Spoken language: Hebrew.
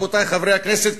רבותי חברי הכנסת,